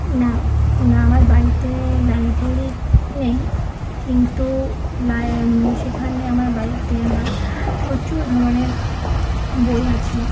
না না আমার বাড়িতে লাইব্রেরি নেই কিন্তু লাই সেখানে আমার বাড়িতে আমার প্রচুর ধরনের বই আছে